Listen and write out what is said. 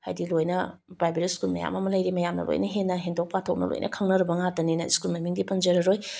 ꯍꯥꯏꯗꯤ ꯂꯣꯏꯅ private school ꯃꯌꯥꯝ ꯑꯃ ꯂꯩꯔꯤ ꯃꯌꯥꯝꯅ ꯂꯣꯏꯅ ꯍꯦꯟꯅ ꯍꯦꯟꯇꯣꯛ ꯄꯥꯊꯣꯛꯅ ꯂꯣꯏꯅ ꯈꯪꯅꯔꯕ ꯉꯥꯛꯇꯅꯤꯅ ꯁ꯭ꯀꯨꯜ ꯃꯃꯤꯡꯗꯤ ꯄꯟꯖꯔꯔꯣꯏ